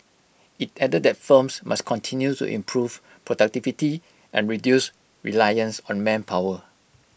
IT added that firms must continue to improve productivity and reduce reliance on manpower